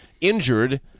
injured